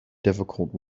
difficult